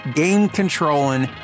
game-controlling